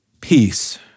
Peace